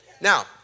now